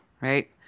right